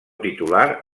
titular